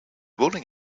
building